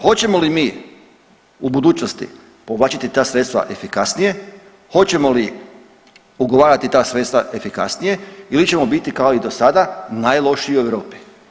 Hoćemo li mi u budućnosti povlačiti ta sredstva efikasnije, hoćemo li ugovarati ta sredstva efikasnije ili ćemo biti kao i do sada najlošiji u Europi?